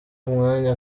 umwanya